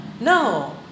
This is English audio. No